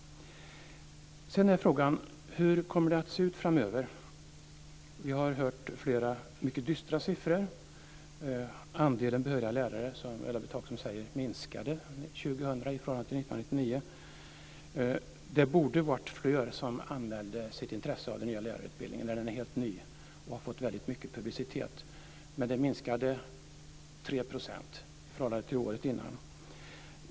Sedan är frågan hur det kommer att se ut framöver. Vi har hört flera mycket dystra siffror. Andelen behöriga lärare minskade, som Ulla-Britt Hagström sade, under 2000 i förhållande till 1999. Det borde ha varit fler som anmälde sitt intresse för den nya lärarutbildningen eftersom den är helt ny och har fått mycket publicitet. Men intresset minskade med 3 % i förhållande till året innan.